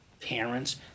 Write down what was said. Parents